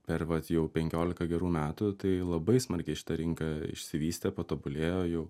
per vat jau penkiolika gerų metų tai labai smarkiai šita rinka išsivystė patobulėjo jau